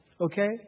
Okay